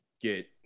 get